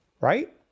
right